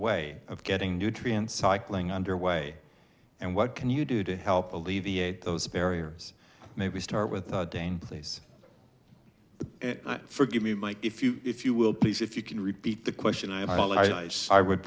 way of getting nutrients cycling under way and what can you do to help alleviate those barriers maybe start with dane please forgive me mike if you if you will please if you can repeat the question i